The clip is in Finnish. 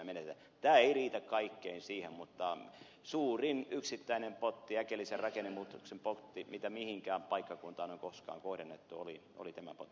tämä ei riitä kaikkeen siihen mutta suurin yksittäinen potti äkillisen rakennemuutoksen potti mitä mihinkään paikkakuntaan on koskaan kohdennettu oli tämä potti